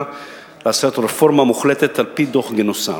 לעשות רפורמה מוחלטת על-פי דוח-גינוסר,